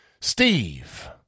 Steve